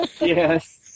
Yes